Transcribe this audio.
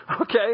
Okay